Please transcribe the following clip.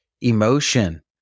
emotion